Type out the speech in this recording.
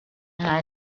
how